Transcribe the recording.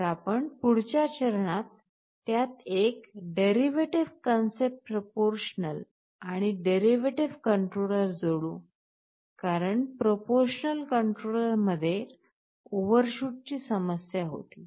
तर आपण पुढच्या चरणात त्यात एक derivative concept proportional आणि derivative controller जोडू कारण proportional controller मध्ये ओव्हरशूटची समस्या होती